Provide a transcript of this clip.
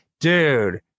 dude